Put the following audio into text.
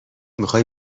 میخوای